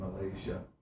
Malaysia